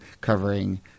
covering